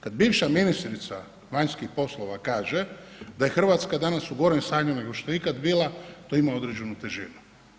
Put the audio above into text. Kad bivša ministrica vanjskih poslova kaže da je Hrvatska danas u gorem stanju nego što je ikad bila, to ima određenu težinu.